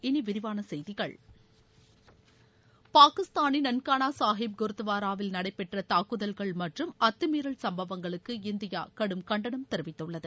இனி விரிவான செய்திகள் பாகிஸ்தானின் நன்கானா சாஹிப் குருத்வாராவில் நடைபெற்ற தாக்குதல்கள் மற்றும் அத்துமீறல் சம்பவங்களுக்கு இந்தியா கடும் கண்டனம் தெரிவித்துள்ளது